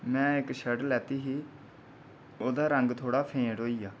में इक शर्ट लैती ही ओह्दा रंग थोह्ड़ा फेंट होई गेआ